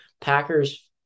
Packers